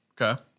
Okay